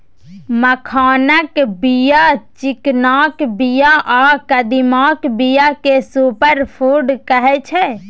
मखानक बीया, चिकनाक बीया आ कदीमाक बीया केँ सुपर फुड कहै छै